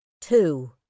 Two